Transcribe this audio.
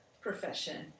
profession